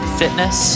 fitness